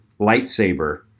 lightsaber